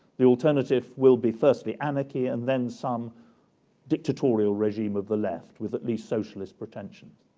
the alternative will be firstly anarchy and then some dictatorial regime of the left with at least socialist pretensions.